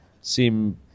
seem